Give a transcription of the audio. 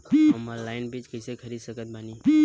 हम ऑनलाइन बीज कइसे खरीद सकत बानी?